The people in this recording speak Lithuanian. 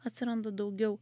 atsiranda daugiau